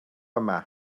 yma